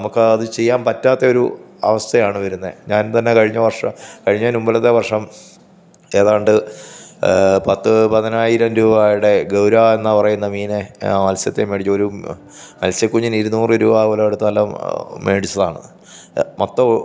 നമുക്ക് അത് ചെയ്യാന് പറ്റാത്തെയൊരു അവസ്ഥയാണ് വരുന്നത് ഞാന് തന്നെ കഴിഞ്ഞ വര്ഷം കഴിഞ്ഞേന്റെ മുമ്പിലത്തെ വര്ഷം ഏതാണ്ട് പത്ത് പതിനായിരം രൂപാടെ ഗൗരാ എന്ന പറയുന്ന മീനെ മത്സ്യത്തെ മേടിച്ച് ഒരു മത്സ്യക്കുഞ്ഞിന് ഇരുന്നൂറ് രൂപ വില കൊടുത്ത് നല്ല മേടിച്ചതാണ് മൊത്തം